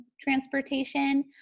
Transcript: transportation